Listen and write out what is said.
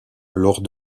lors